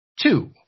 Two